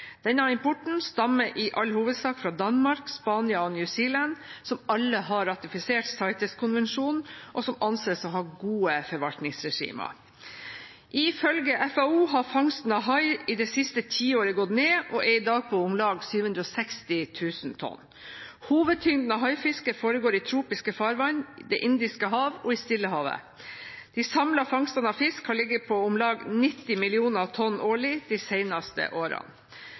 Denne importen stammer i all hovedsak fra Danmark, Spania og New Zealand, som alle har ratifisert CITES-konvensjonen, og som anses å ha gode forvaltningsregimer. Ifølge FAO har fangsten av hai i det siste tiåret gått ned og er i dag på om lag 760 000 tonn. Hovedtyngden av haifisket foregår i tropiske farvann, Det indiske hav og i Stillehavet. De samlede fangstene av fisk har ligget på om lag 90 millioner tonn årlig de seneste årene.